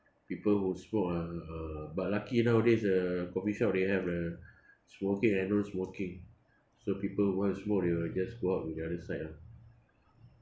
people who smoke ah uh but lucky nowadays uh coffee shop they have the smoking and non-smoking so people won't smoke they will just go out the other side lah